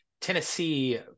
Tennessee